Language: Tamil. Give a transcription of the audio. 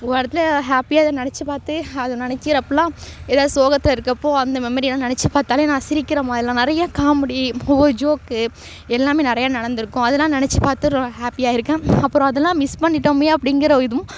ஓரத்தில் ஹாப்பியாக அதை நெனைச்சு பார்த்து அது நெனைக்கிறப்போலாம் ஏதாவது சோகத்தில் இருக்கப்போ அந்த மெமரியெல்லாம் நெனைச்சி பார்த்தாலே நான் சிரிக்கிற மாதிரிலாம் நிறையா காமெடி இப்போது ஒரு ஜோக்கு எல்லாம் நிறையா நடந்திருக்கும் அதெல்லாம் நெனைச்சி பார்த்து ரொம்ப ஹாப்பியாக ஆகியிருக்கேன் அப்புறம் அதெல்லாம் மிஸ் பண்ணிட்டோம் அப்படிங்கிற ஒரு இதுவும்